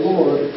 Lord